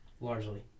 Largely